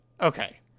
Okay